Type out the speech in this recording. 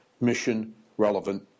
mission-relevant